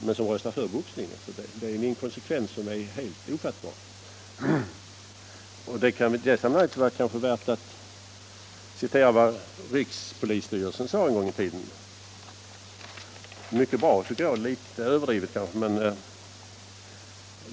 Men hon röstade för boxningen. Det är en inkonsekvens som är ofattbar. I detta sammanhang kan det vara värt att citera ett uttalande av rikspolisstyrelsen. Jag tycker att det är mycket bra, även om det måhända är litet överdrivet.